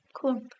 cool